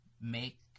Make